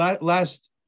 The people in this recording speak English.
Last